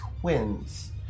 twins